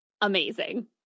amazing